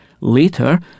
Later